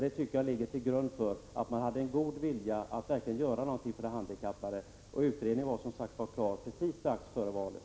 Det tycker jag visar att det fanns en god vilja att verkligen göra någonting för de handikappade. Och utredningen var som sagt klar precis före valet.